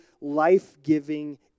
life-giving